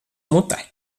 mutē